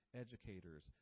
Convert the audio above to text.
educators